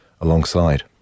alongside